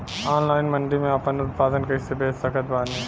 Online mandi मे आपन उत्पादन कैसे बेच सकत बानी?